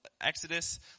Exodus